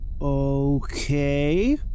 Okay